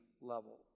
level